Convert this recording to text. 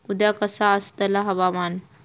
उद्या कसा आसतला हवामान?